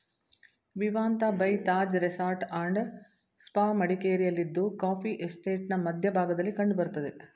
Vivanta by Taj resort and spa ಮಡಿಕೇರಿಯಲ್ಲಿದ್ದು coffee ಎಸ್ಟೇಟ್ನ ಮಧ್ಯ ಭಾಗದಲ್ಲಿ ಕಂಡ್ ಬರ್ತದೆ